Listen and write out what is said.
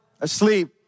asleep